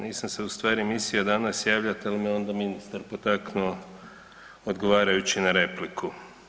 Nisam se ustvari mislio danas javljati, ali me onda ministar potaknuo odgovarajući na repliku.